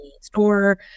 store